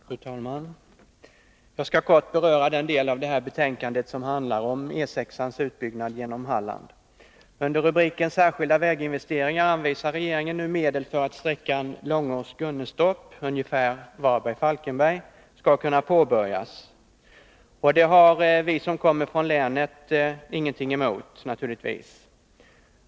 Fru talman! Jag skall kort beröra den del av det här betänkandet som handlar om E 6:ans utbyggnad genom Halland. Under rubriken Särskilda väginvesteringar anvisar regeringen nu medel för att sträckan Långås-Gunnestorp — ungefär Varberg-Falkenberg — skall kunna påbörjas. Det har vi som kommer från länet naturligtvis ingenting emot.